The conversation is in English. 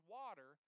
water